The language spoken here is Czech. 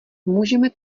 můžeme